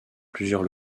plusieurs